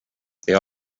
they